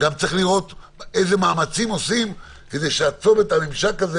צריך לאות אלו מאמצים עושים כדי שהממשק הזה